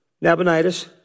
Nabonidus